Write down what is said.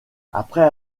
après